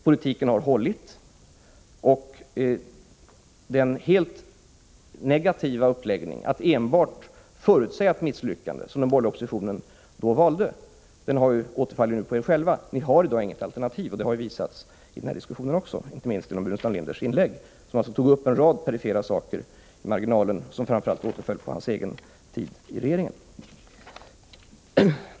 Politiken har hållit. Den helt negativa uppläggningen att enbart förutse ett misslyckande, som den borgerliga oppositionen då valde, återfaller nu på er själva. Ni har i dag inget alternativ. Det har visat sig i den här diskussionen också, inte minst genom herr Burenstam Linders inlägg. Han tog ju upp en rad perifera saker, framför allt sådana som återfaller på hans egen tid i regeringen.